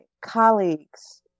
colleagues